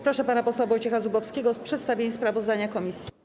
Proszę pana posła Wojciecha Zubowskiego o przedstawienie sprawozdania komisji.